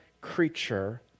creature